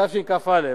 התשכ"א 1961,